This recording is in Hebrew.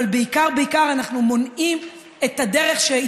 אבל בעיקר בעיקר אנחנו מונעים את הדרך שבה